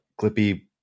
clippy